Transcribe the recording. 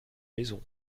maison